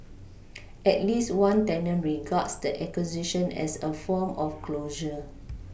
at least one tenant regards the acquisition as a form of closure